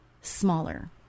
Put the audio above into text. smaller